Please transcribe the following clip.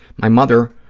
my mother,